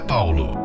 Paulo